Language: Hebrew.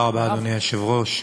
תודה רבה, אדוני היושב-ראש,